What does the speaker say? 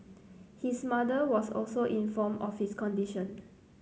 his mother was also informed of his condition